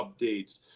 updates